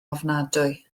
ofnadwy